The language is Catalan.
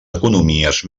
economies